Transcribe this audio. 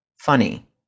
funny